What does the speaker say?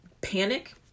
panic